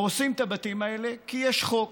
הורסים את הבתים האלה, כי יש חוק.